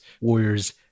Warriors